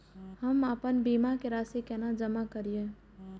हम आपन बीमा के राशि केना जमा करिए?